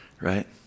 right